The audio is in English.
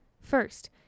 First